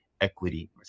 equity